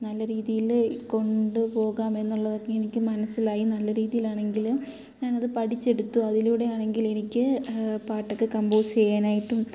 നല്ലരീതിയിൽ കൊണ്ട് പോകാം എന്നുള്ളതൊക്കെ എനിക്ക് മനസ്സിലായി നല്ല രീതിയിൽ ആണെങ്കിലും ഞാനത് പഠിച്ചെടുത്തു അതിലൂടെ ആണെങ്കിൽ എനിക്ക് പാട്ടൊക്കെ കമ്പോസ് ചെയ്യാനായിട്ടും